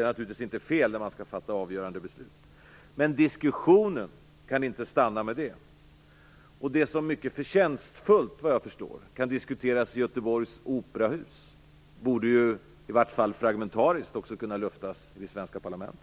är naturligtvis inte fel att ha kunskaper när man skall fatta avgörande beslut. Men diskussionen kan inte stanna med det. Det som mycket förtjänstfullt kan diskuteras i Göteborgs operahus borde i alla fall fragmentariskt också kunna luftas i det svenska parlamentet.